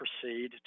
proceed